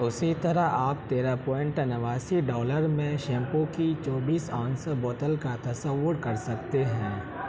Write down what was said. اسی طرح آپ تیرہ پوائنٹ نواسی ڈالر میں شیمپو کی چوبیس اونس بوتل کا تصور کر سکتے ہیں